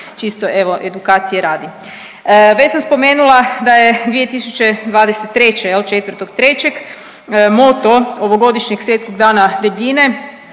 čisto evo edukacije radi. Već sam spomenula da je 2023. jel 4.3. moto ovogodišnjeg Svjetskog dana debljine